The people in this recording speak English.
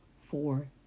four